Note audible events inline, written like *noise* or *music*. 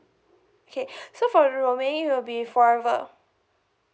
okay *breath* so for the roaming it will be forever